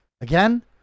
again